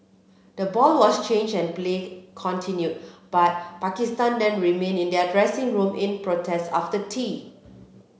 the ball was changed and play continued but Pakistan then remained in their dressing room in protest after tea